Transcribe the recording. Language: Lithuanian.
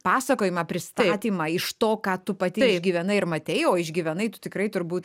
pasakojimą pristatymą iš to ką tu pati išgyvenai ir matei o išgyvenai tu tikrai turbūt